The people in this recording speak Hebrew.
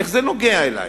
איך זה נוגע אלי?